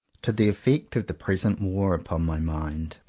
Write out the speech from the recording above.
to the effect of the present war upon my mind.